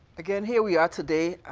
again, here we are today,